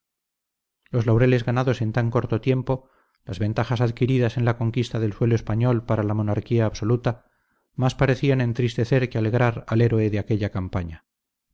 los laureles ganados en tan corto tiempo las ventajas adquiridas en la conquista del suelo español para la monarquía absoluta más parecían entristecer que alegrar al héroe de aquella campaña